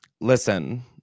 listen